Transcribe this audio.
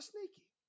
sneaky